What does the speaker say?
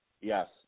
Yes